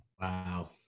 wow